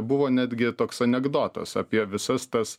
buvo netgi toks anekdotas apie visas tas